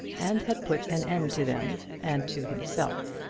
and had put an end to them and to himself.